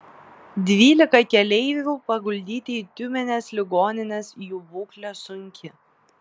dvylika keleivių paguldyti į tiumenės ligonines jų būklė sunki